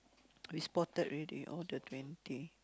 we spotted already all the twenty